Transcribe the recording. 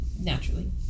Naturally